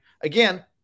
again